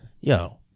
yo